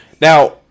now